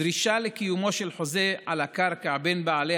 דרישה לקיומו של חוזה על הקרקע בין בעלי